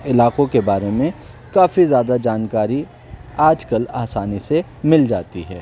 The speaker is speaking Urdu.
علاقوں کے بارے میں کافی زیادہ جانکاری آج کل آسانی سے مل جاتی ہے